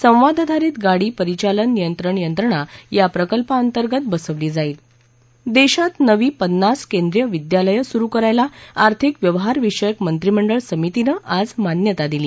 संवादाधारित गाडी परिचालन नियंत्रण यंत्रणा या प्रकल्पाअंतर्गत बसवली जाईल देशात नवी पन्नास केंद्रीय विद्यालयं सुरु करायला आर्थिक व्यवहार विषयक मंत्रिमंडळ समितीनं आज मान्यता दिली